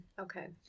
Okay